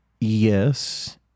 Yes